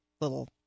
little